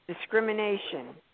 discrimination